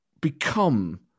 become